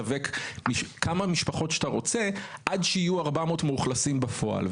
כמה משפחות שאתה רוצה עד שיהיו 400 מאוכלסים בפועל.